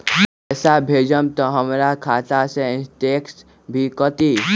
पैसा भेजम त हमर खाता से इनटेशट भी कटी?